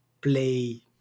play